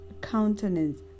countenance